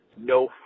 no